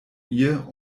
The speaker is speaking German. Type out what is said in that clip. ihr